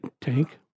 tank